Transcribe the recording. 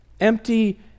empty